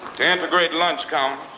to integrate lunch counters.